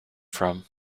from